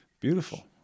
Beautiful